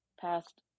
past